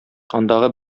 андагы